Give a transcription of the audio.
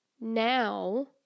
now